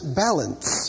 balance